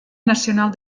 nacional